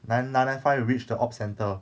then nine nine five will reach the op centre